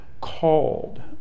called